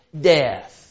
death